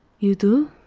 you do!